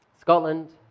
Scotland